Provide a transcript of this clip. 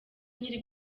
nkiri